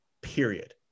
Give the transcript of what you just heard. Period